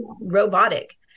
robotic